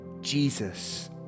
jesus